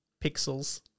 Pixels